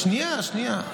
שנייה.